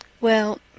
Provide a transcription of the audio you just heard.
Well